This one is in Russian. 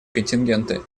контингенты